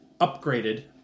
upgraded